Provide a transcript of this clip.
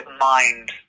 Mind